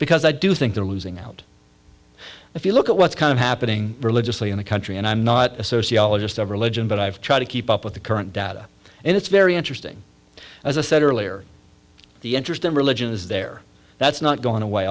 because i do think they're losing out if you look at what's kind of happening religiously in the country and i'm not a sociologist of religion but i've tried to keep up with the current data and it's very interesting as i said earlier the interest in religion is there that's not going away